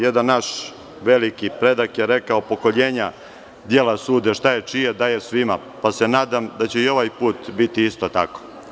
Jedan naš veliki predak je rekao – pokoljenja djela sude, što je čije daju svjema; pa se nadam da će i ovaj put biti isto tako.